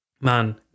man